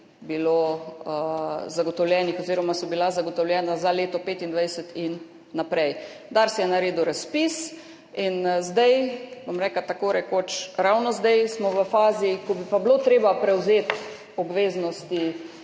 bilo zagotovljenih oziroma so bila zagotovljena za leto 2025 in naprej. Dars je naredil razpis in zdaj, bom rekla tako rekoč ravno zdaj, smo v fazi, ko bi pa bilo treba prevzeti obveznosti